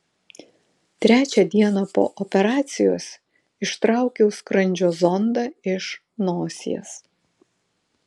trečią dieną po operacijos ištraukiau skrandžio zondą iš nosies